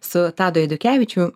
su tadu eidukevičiu